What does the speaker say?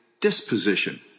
disposition